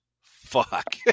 fuck